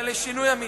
אלא לשינוי אמיתי.